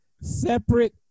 separate